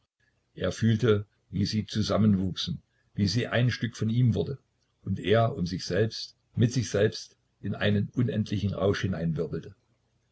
er fühlte wie sie zusammenwuchsen wie sie ein stück von ihm wurde und er um sich selbst mit sich selbst in einen unendlichen rausch